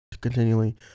Continually